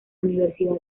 universidad